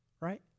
right